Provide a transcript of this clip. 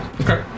Okay